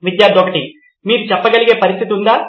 విద్యార్థి 1 మీరు చెప్పగలిగే పరిస్థితి ఉందా